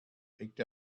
picked